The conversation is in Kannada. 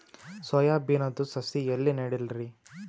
ಸೊಯಾ ಬಿನದು ಸಸಿ ಎಲ್ಲಿ ನೆಡಲಿರಿ?